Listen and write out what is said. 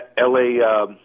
la